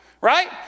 right